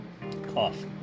cough